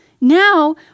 Now